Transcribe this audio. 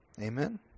Amen